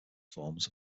forms